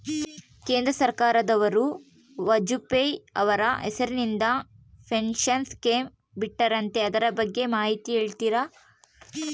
ಕೇಂದ್ರ ಸರ್ಕಾರದವರು ವಾಜಪೇಯಿ ಅವರ ಹೆಸರಿಂದ ಪೆನ್ಶನ್ ಸ್ಕೇಮ್ ಬಿಟ್ಟಾರಂತೆ ಅದರ ಬಗ್ಗೆ ಮಾಹಿತಿ ಹೇಳ್ತೇರಾ?